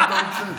מה אתה רוצה?